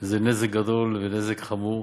זה נזק גדול ונזק חמור.